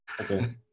okay